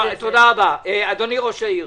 תודה, אדוני ראש העיר.